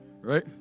Right